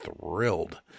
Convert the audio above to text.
thrilled